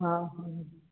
हाँ हाँ